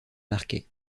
marquet